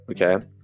okay